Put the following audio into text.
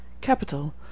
Capital